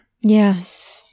yes